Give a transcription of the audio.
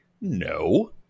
No